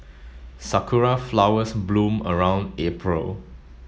sakura flowers bloom around April